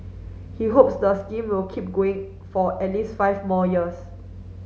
he hopes the scheme will keep going for at least five more years